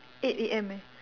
eight A_M eh